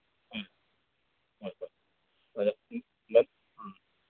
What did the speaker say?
ꯎꯝ ꯍꯣꯏ ꯍꯣꯏ